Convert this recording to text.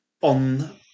on